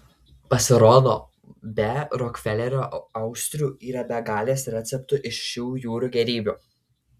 pasirodo be rokfelerio austrių yra begalės receptų iš šių jūrų gėrybių